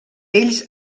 ells